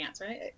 right